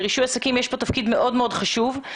לרישוי עסקים יש כאן תפקיד מאוד מאוד חשוב.